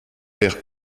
perd